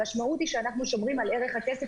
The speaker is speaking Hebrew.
המשמעות היא שאנחנו שומרים על ערך הכסף